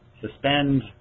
suspend